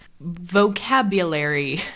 vocabulary